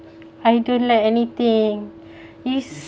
I don't like anything it's